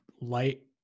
light